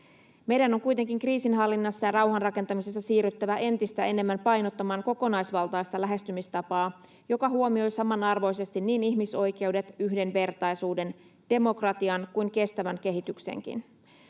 Meidän on kuitenkin kriisinhallinnassa ja rauhanrakentamisessa siirryttävä entistä enemmän painottamaan kokonaisvaltaista lähestymistapaa, joka huomioi samanarvoisesti niin ihmisoikeudet, yhdenvertaisuuden, demokratian kuin kestävän kehityksenkin.